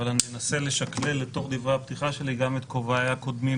אבל אני אנסה לשקלל לדברי הפתיחה שלי גם את כובעיי הקודמים,